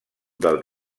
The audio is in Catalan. del